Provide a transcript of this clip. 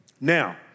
Now